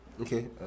Okay